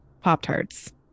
Pop-Tarts